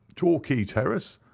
torquay terrace.